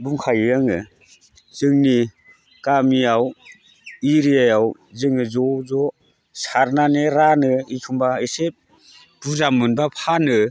बुंखायो आङो जोंनि गामियाव एरियायाव जोङो ज' ज' सारनानै रानो एखमब्ला एसे बुरजा मोनब्ला फानो